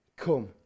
Come